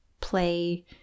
play